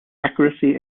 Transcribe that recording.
accuracy